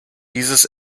dieses